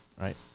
right